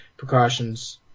precautions